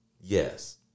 yes